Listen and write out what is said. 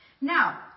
Now